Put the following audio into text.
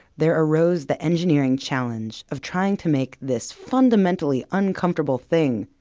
there arose the engineering challenge of trying to make this fundamentally uncomfortable thing,